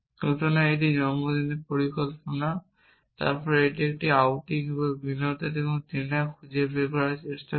সুতরাং এটি জন্মদিনের পরিকল্পনা তারপর এটি একটি আউটিং এবং বিনোদন এবং ডিনার খুঁজে বের করার চেষ্টা করে